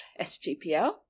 SGPL